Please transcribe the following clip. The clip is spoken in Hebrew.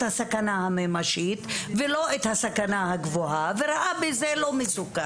הסכנה הממשית ולא את הסכנה הגבוהה וראה בזה לא מסוכן.